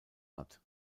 hat